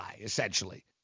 essentially